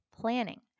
Planning